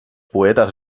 poetes